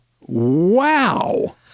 Wow